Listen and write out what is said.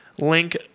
link